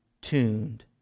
tuned